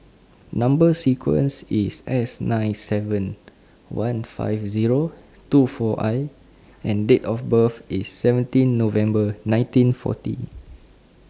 Number sequence IS S nine seven one five Zero two four I and Date of birth IS seventeen November nineteen forty